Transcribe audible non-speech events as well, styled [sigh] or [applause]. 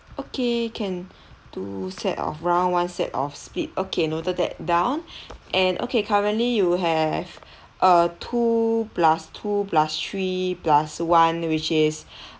okay can two set of round one set of split okay noted that down [breath] and okay currently you have uh two plus two plus three plus one which is [breath]